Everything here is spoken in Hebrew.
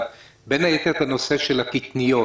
אבל בין היתר בנושא הקטניות.